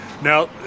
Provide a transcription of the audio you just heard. Now